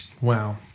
Wow